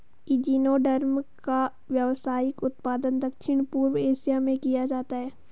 echinoderm का व्यावसायिक उत्पादन दक्षिण पूर्व एशिया में किया जाता है